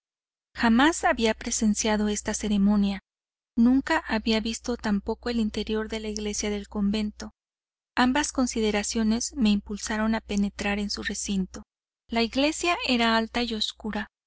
jamás había presenciado esta ceremonia nunca había visto tampoco el interior de la iglesia del convento ambas consideraciones me impulsaron a penetrar en su recinto la iglesia era alta y oscura